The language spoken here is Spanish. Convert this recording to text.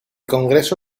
congreso